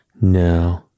no